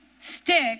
stick